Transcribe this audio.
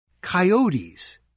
coyotes